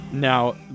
Now